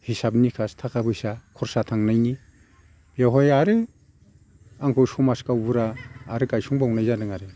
हिसाब निखास थाखा फैसा खरसा थांनायनि बेवहाय आरो आंखौ समाज गावबुरा आरो गायसं बावनाय जादों आरो